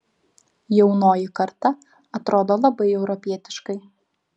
jaunoji karta atrodo labai europietiškai